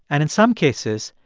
and in some cases,